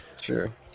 Sure